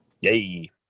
Yay